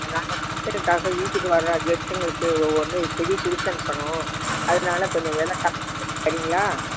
நாங்கள் ஃபங்க்ஷனுக்காக வீட்டுக்கு வர்ற கெஸ்ட்டுங்களுக்கு ஒவ்வொன்று செடி கொடுத்தனுப்பணும் அதனால் கொஞ்சம் விலை கம்மி பண்ணி தர்றீங்களா